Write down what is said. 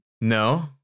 No